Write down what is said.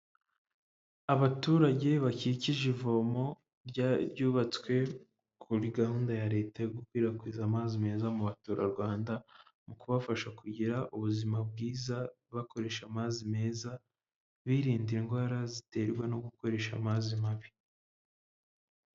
Abaturage bakikije ivomo ryubatswe kuri gahunda ya leta yo gukwirakwiza amazi meza mu baturarwanda mu kubafasha kugira ubuzima bwiza bakoresha amazi meza, birinda indwara ziterwa no gukoresha amazi mabi.